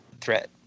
threat